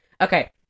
Okay